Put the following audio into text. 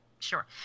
Sure